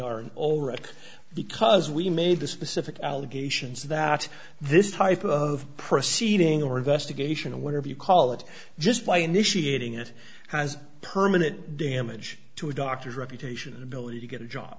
already because we made the specific allegations that this type of proceeding or investigation whatever you call it just by initiating it has permanent damage to a doctor's reputation an ability to get a job